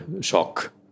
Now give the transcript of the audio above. shock